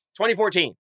2014